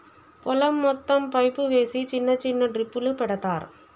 పొలం మొత్తం పైపు వేసి చిన్న చిన్న డ్రిప్పులు పెడతార్